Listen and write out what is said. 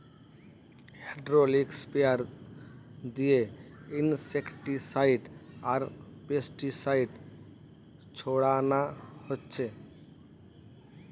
hydraulic sprayer দিয়ে insecticide আর pesticide ছোড়ানা হচ্ছে